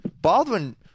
Baldwin